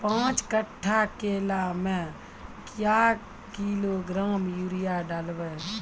पाँच कट्ठा केला मे क्या किलोग्राम यूरिया डलवा?